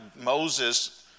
Moses